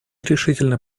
решительно